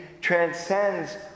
transcends